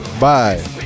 Bye